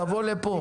תבוא לפה.